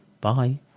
Bye